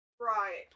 right